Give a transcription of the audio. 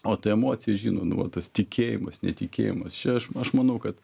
o ta emocija žino nu va tas tikėjimas netikėjimas čia aš aš manau kad